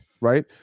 Right